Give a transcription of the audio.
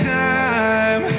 time